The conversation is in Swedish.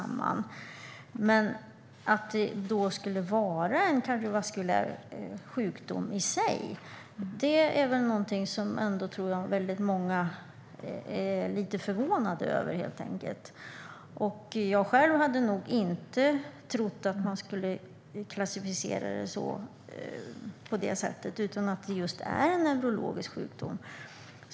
Men att detta skulle vara en kardiovaskulär sjukdom i sig är väl någonting som jag helt enkelt tror att många är lite förvånade över. Jag själv hade nog inte trott att man skulle klassificera det på detta sätt, utan det är väl en neurologisk sjukdom.